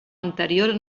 anterior